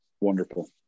wonderful